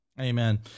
Amen